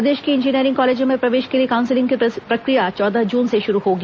प्रदेश के इंजीनियरिंग कॉलेजों में प्रवेश के लिए काउंसिलिंग की प्रक्रिया चौदह जून से शुरू होगी